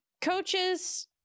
coaches